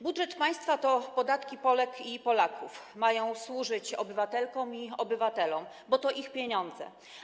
Budżet państwa to podatki Polek i Polaków, mają służyć obywatelkom i obywatelom, bo to ich pieniądze.